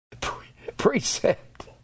Precept